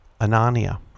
Anania